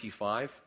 25